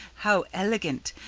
how elegant!